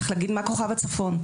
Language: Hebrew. צריך להגיד מה כוכב הצפון.